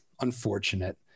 unfortunate